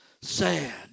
sad